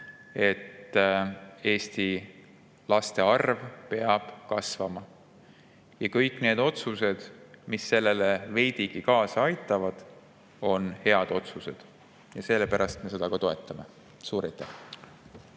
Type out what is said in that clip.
et Eesti laste arv peab kasvama. Kõik otsused, mis sellele veidigi kaasa aitavad, on head otsused, ja sellepärast me seda [eelnõu] ka toetame. Suur aitäh!